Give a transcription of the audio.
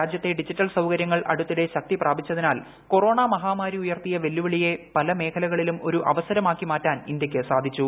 രാജ്യത്തെ ഡിജിറ്റൽ സൌകര്യങ്ങൾ അടുത്തിടെ ശക്തിപ്രാപിച്ചതിനാൽ കൊറോണ മഹാമാരി ഉയർത്തിയ വെല്ലുവിളിയെ പല മേഖലകളിലും ഒരു അവസരമാക്കി മാറ്റാൻ ഇന്ത്യയ്ക്ക് സാധിച്ചു